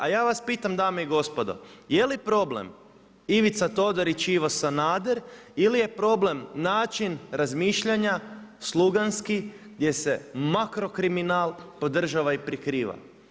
A ja vas pitam dame i gospodo, je li problem Ivica Todorić i Ivo Sanader ili je problem način razmišljanja, sluganski, gdje se marko kriminal podržava i prikriva.